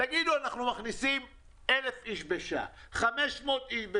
תגידו: אנחנו מכניסים 1,000 איש בשעה או 500 איש בשעה.